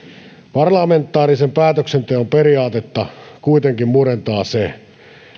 parlamentaarisen päätöksenteon periaatetta kuitenkin murentaa se